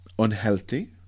unhealthy